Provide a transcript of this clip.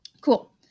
cool